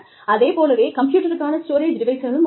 அதேபோலவே கம்ப்யூட்டருக்கான ஸ்டோரேஜ் டிவைஸ்களும் வந்தன